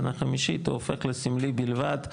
שנה חמישית הוא הופך לסמלי בלבד,